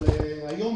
היום,